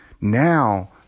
Now